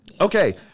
Okay